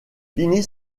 finit